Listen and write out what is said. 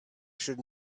should